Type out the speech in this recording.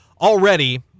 already